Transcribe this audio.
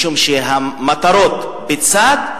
משום שהמטרות בצד,